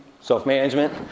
Self-management